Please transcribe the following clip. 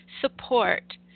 support